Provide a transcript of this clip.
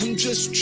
and just